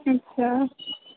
अच्छा